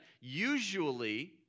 Usually